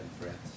friends